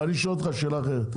אבל אני שואל אותך שאלה אחרת.